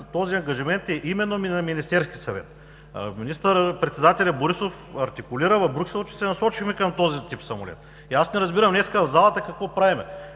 този ангажимент е именно на Министерския съвет. Министър-председателят Борисов артикулира в Брюксел, че се насочваме към този тип самолет. Аз не разбирам днес в залата какво правим.